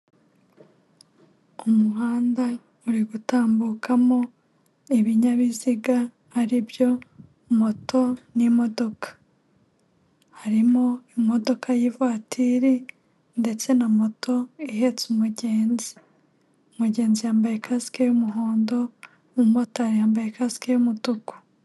Umuhanda uri gutambukamo ibinyabiziga, ari byo moto n'imodoka. Harimo imodoka y'ivuwatiri ndetse na moto ihetse umugenzi . Umugenzi yambaye kasike y'umuhondo, umumotari yambaye kasike y'umutuku.